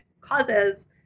causes